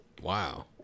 wow